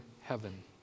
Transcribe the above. heaven